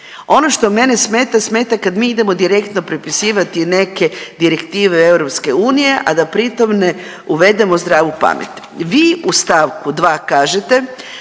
Ono što mene smeta smeta kad mi idemo direktno prepisivati neke direktive EU, a da pritom ne uvedemo zdravu pamet. Vi u st. 2. kažete